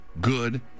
good